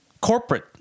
corporate